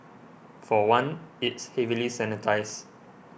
for one it's heavily sanitised